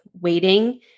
waiting